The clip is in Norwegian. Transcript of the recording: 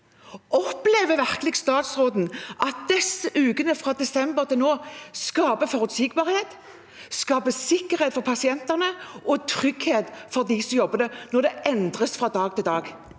virkelig statsråden at disse ukene, fra desember til nå, skaper forutsigbarhet, sikkerhet for pasientene og trygghet for de som jobber der, når det endres fra dag til dag?